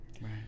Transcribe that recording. Right